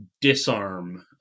Disarm